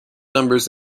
numbers